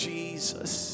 Jesus